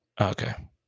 Okay